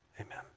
Amen